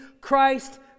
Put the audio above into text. Christ